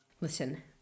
Listen